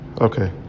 okay